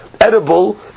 edible